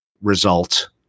result